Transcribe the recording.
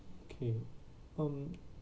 okay um